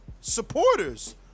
supporters